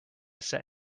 set